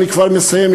אני כבר מסיים,